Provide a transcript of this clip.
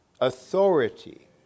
authority